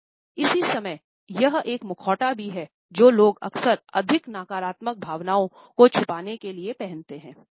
और इसी समय यह एक मुखौटा भी है जो लोग अक्सर अधिक नकारात्मक भावनाओं को छुपाने के लिए पहनते हैं